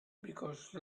because